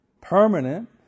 permanent